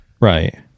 Right